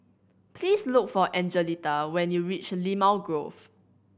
please look for Angelita when you reach Limau Grove